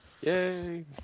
Yay